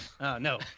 No